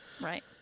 right